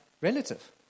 relative